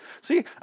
See